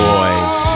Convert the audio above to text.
Boys